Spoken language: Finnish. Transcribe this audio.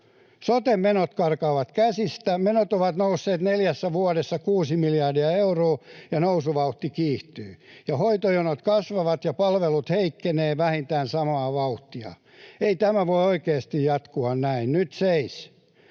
Sote-menot karkaavat käsistä. Menot ovat nousseet neljässä vuodessa kuusi miljardia euroa, ja nousuvauhti kiihtyy. Hoitojonot kasvavat, ja palvelut heikkenevät vähintään samaa vauhtia. Ei tämä voi oikeasti jatkua näin — nyt seis.